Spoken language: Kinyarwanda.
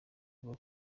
bwo